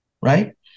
right